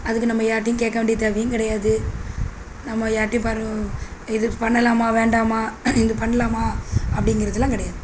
அதுக்கு நம்ம யார்கிட்டையும் கேட்க வேண்டிய தேவையும் கிடையாது நம்ம யார்கிட்டையும் பரவ இது பண்ணலாமா வேண்டாமா இது பண்ணலாமா அப்படிங்கிறதுலாம் கிடையாது